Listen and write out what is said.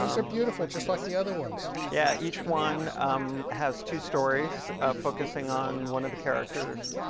are beautiful just like the other ones yeah each one um has two stories focusing on one of the characters